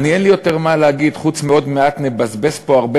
אין לי יותר מה להגיד חוץ מכך שעוד מעט נבזבז פה הרבה